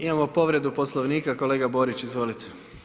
Imamo povredu Poslovnika kolega Borić, izvolite.